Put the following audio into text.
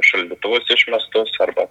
šaldytuvus išmestus arba